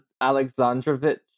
Alexandrovich